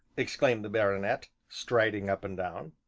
exclaimed the baronet, striding up and down,